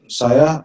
saya